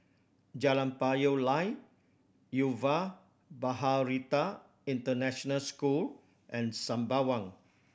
Jalan Payoh Lai Yuva Bharati International School and Sembawang